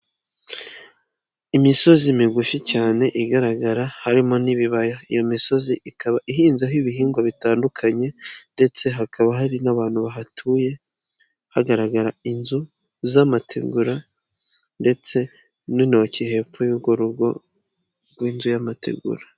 Imisozi migufi cyane igaragara harimo n'ibibaya. Iyo misozi ikaba ihinzeho ibihingwa bitandukanye ndetse hakaba hari n'abantu bahatuye, hagaragara inzu z'amategura ndetse n'intoki hepfo y'urwo rugo rw'inzu y'amategura.